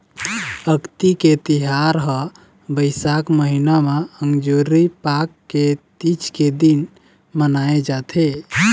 अक्ती के तिहार ह बइसाख महिना म अंजोरी पाख के तीज के दिन मनाए जाथे